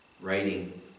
Writing